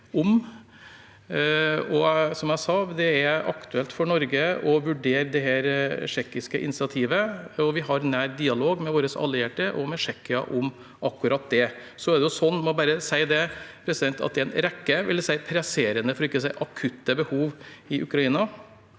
Som jeg sa: Det er aktuelt for Norge å vurdere det tsjekkiske initiativet, og vi har nær dialog med våre allierte og med Tsjekkia om akkurat det. Jeg må bare si at det er en rekke presserende, for ikke å si akutte, behov i Ukraina.